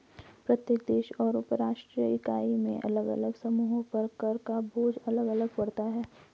प्रत्येक देश और उपराष्ट्रीय इकाई में अलग अलग समूहों पर कर का बोझ अलग अलग पड़ता है